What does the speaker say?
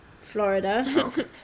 Florida